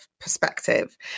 perspective